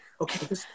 okay